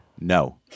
No